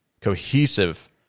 cohesive